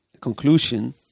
conclusion